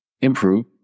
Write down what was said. improve